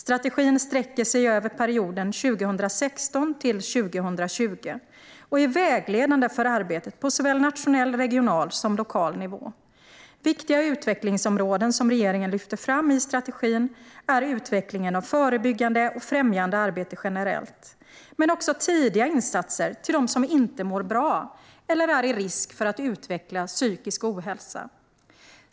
Strategin sträcker sig över perioden 2016-2020 och är vägledande för arbetet på såväl nationell som regional och lokal nivå. Viktiga utvecklingsområden som regeringen lyfter fram i strategin är utvecklingen av förebyggande och främjande arbete generellt, men också tidiga insatser till dem som inte mår bra eller är i risk för att utveckla psykisk ohälsa.